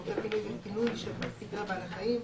שירותי פינוי וכילוי של פגרי בעלי חיים,